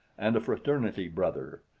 and a fraternity brother,